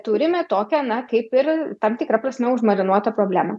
turime tokią na kaip ir tam tikra prasme užmarinuotą problemą